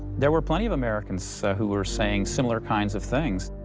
there were plenty of americans who were saying similar kinds of things.